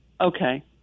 Okay